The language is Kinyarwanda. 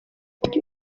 yanyu